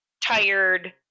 Tired